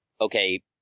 Okay